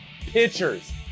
pitchers